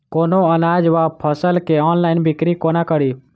कोनों अनाज वा फसल केँ ऑनलाइन बिक्री कोना कड़ी?